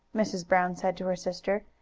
mrs. brown said to her sister.